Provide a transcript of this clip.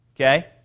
Okay